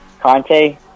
Conte